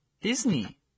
Disney